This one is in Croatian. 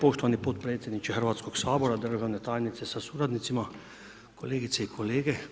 Poštovani potpredsjedniče Hrvatskoga sabora, državna tajnice sa suradnicima, kolegice i kolege.